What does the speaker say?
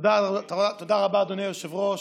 תודה רבה, אדוני היושב-ראש.